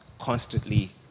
constantly